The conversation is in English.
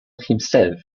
himself